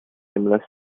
similar